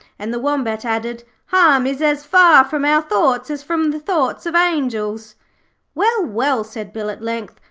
and the wombat added harm is as far from our thoughts as from the thoughts of angels well, well said bill, at length.